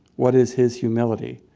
what is his humility?